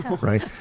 right